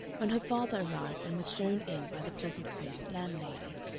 when her father arrived, and was shown in by the pleasant-faced landlady.